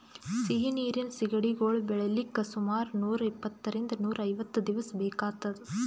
ಸಿಹಿ ನೀರಿನ್ ಸಿಗಡಿಗೊಳ್ ಬೆಳಿಲಿಕ್ಕ್ ಸುಮಾರ್ ನೂರ್ ಇಪ್ಪಂತ್ತರಿಂದ್ ನೂರ್ ಐವತ್ತ್ ದಿವಸ್ ಬೇಕಾತದ್